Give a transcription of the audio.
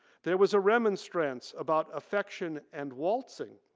there was remonstrance about affection and waltzing.